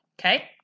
okay